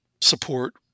support